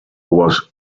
was